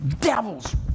devils